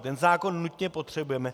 Ten zákon nutně potřebujeme.